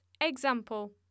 example